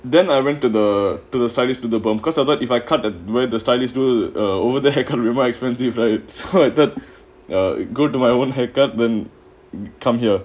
then I went to the to the stylist to the bomb because I thought if I cut the where the stylists do ah over there couldn't be more expensive they tried that a good to my own haircut then you come here